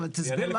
אבל תסביר,